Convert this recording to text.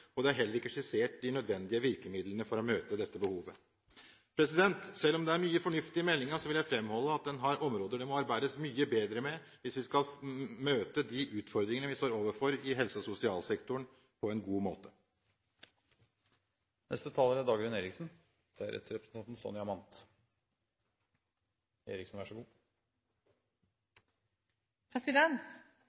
Det er heller ikke skissert de nødvendige virkemidlene for å møte dette behovet. Selv om det er mye fornuft i meldingen, vil jeg framholde at den har områder det må arbeides mye bedre med, hvis vi på en god måte skal møte de utfordringene vi står overfor i helse- og sosialsektoren.